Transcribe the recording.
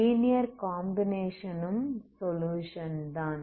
linear combination ம் solution தான்